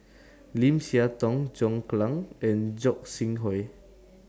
Lim Siah Tong John Clang and Gog Sing Hooi